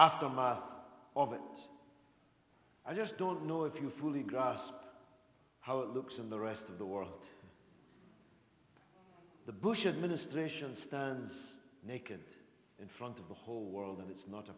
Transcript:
after mile of it i just don't know if you fully grasp how it looks in the rest of the world the bush administration stands naked in front of the whole world and it's not a